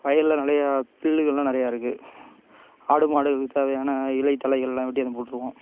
வயலில் நிறையா பில்லுகள்லாம் நிறையா இருக்கு ஆடு மாடுகளுக்கு தேவையான இலை தழைகள்லாம் வெட்டியாந்து போட்டுருவோம்